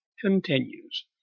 continues